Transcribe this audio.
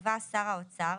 שקבע שר האוצר,